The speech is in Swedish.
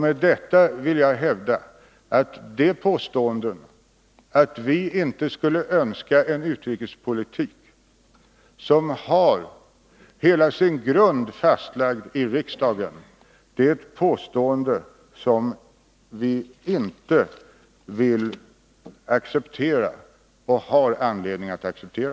Med detta vill jag hävda att när man säger att vi inte skulle önska en utrikespolitik som har hela sin grund fastlagd i riksdagen är det ett påstående som vi inte vill acceptera och inte har anledning att acceptera.